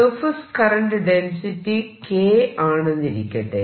surface current density K ആണെന്നിരിക്കട്ടെ